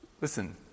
Listen